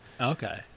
Okay